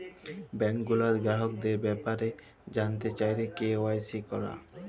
bank গুলার গ্রাহকদের ব্যাপারে জালতে চাইলে কে.ওয়াই.সি ক্যরা